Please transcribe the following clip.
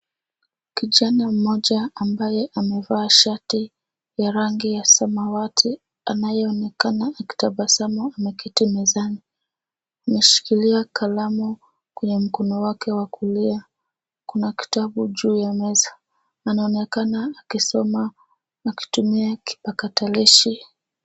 Kijana mmoja ambaye amevaa shati ya rangi ya samawati anayeonekana aki tabasamu ameketi mezani, ameshikilia kalamu kwenye mkono wake wa kulia, kuna kitabu juu ya meza anaonekana akisoma na kutumia kipakatalishi.